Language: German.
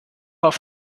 auf